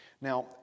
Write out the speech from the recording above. Now